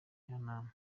njyanama